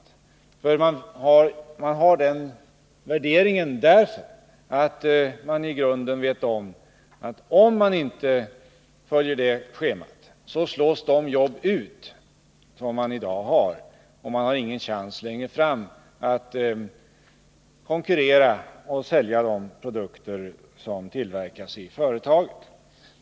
Den värderingen har man därför att man i grunden vet att om man inte följer det schemat, kommer de jobb som man i dag har att slås ut, och man har då inte någon chans att längre fram kunna konkurrera och sälja de produkter som tillverkas i företaget.